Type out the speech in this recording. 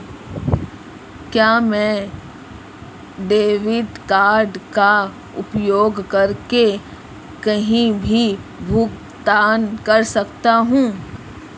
क्या मैं debit card का उपयोग करके कहीं भी भुगतान कर सकता हूं?